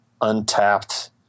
untapped